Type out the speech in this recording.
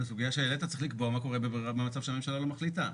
לסוגיה שהעלית צריך לקבוע מה קורה במצב שהממשלה לא מחליטה.